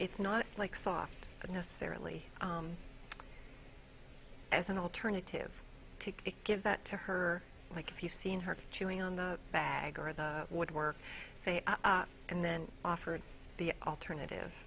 it's not like soft necessarily as an alternative to give that to her like if you've seen her chewing on the bag or the woodwork and then offered the alternative